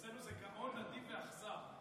אצלנו זה "גאון ונדיב ואכזר".